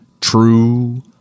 True